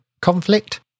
Conflict